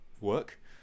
work